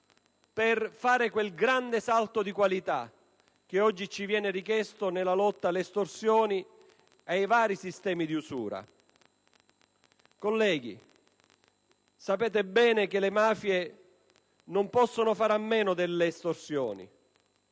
per fare quel grande salto di qualità che oggi ci viene richiesto nella lotta alle estorsioni, ai vari sistemi di usura. Colleghi, sapete bene che le mafie non possono fare a meno delle estorsioni: